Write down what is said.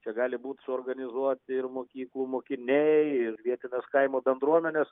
čia gali būt suorganizuoti ir mokyklų mokiniai ir vietinės kaimo bendruomenės